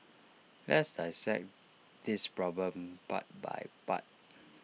let's dissect this problem part by part